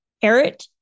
parrot